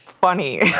funny